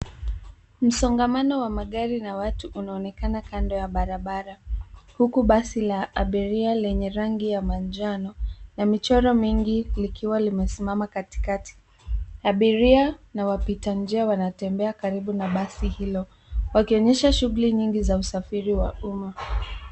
Msongamano wa magari na watu unaonekana kando ya barabara huku basi la abiria lenye rangi ya manjano na michoro mingi likiwa limesimama katikati. Abiria na wapitanjia wanatembea karibu na basi hilo wakionyesha shughuli nyingi za usafiri wa umma.